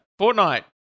Fortnite